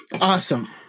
Awesome